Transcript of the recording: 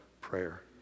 prayer